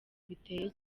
biteye